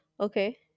Okay